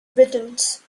britons